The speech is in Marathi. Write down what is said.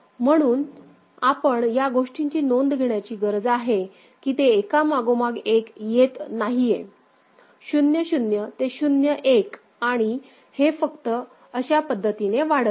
म्हणून आपण या गोष्टीची नोंद घेण्याची गरज आहे की ते एकामागोमाग एक येत नाहीये 0 0 ते 0 1 आणि हे फक्त अशा पद्धतीने वाढत आहे